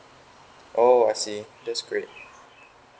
oh I see that's great